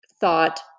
thought